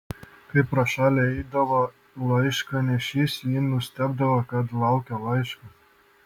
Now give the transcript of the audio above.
kai pro šalį eidavo laiškanešys ji nustebdavo kad laukia laiško